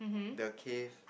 the cave